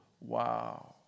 Wow